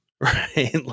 right